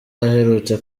uherutse